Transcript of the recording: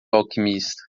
alquimista